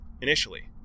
initially